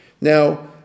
Now